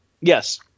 yes